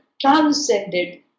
transcended